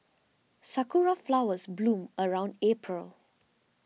sakura flowers bloom around April